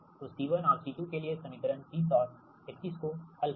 तो C1 और C2 के लिए समीकरण 30 और 31 को हल करे